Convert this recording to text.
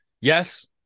Yes